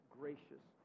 gracious